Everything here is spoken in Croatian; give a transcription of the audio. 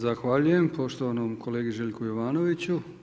Zahvaljujem poštovanom kolegi Željku Jovanoviću.